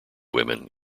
women